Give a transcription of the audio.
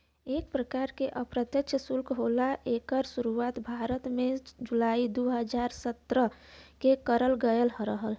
एक परकार के अप्रत्यछ सुल्क होला एकर सुरुवात भारत में जुलाई दू हज़ार सत्रह में करल गयल रहल